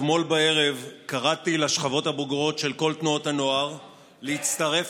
אתמול בערב קראתי לשכבות הבוגרות של כל תנועות הנוער להצטרף